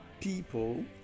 people